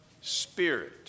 Spirit